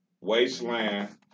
Wasteland